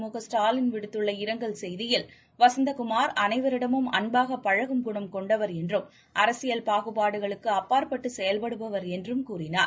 மு க ஸ்டாலின் விடுத்துள்ள இரங்கல் செய்தியில் வசந்த குமார் அனைவரிடமும் அன்பாக பழகும் குணம் கொண்டவர் என்றும் அரசியல் பாகுபாடுகளுக்கு அப்பாற்பட்டு செயல்படுபவர் என்றும் கூறினார்